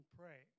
pray